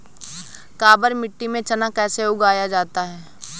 काबर मिट्टी में चना कैसे उगाया जाता है?